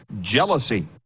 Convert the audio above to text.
jealousy